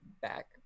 back